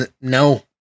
no